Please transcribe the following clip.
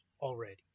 already